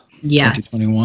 yes